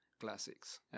classics